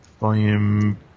volume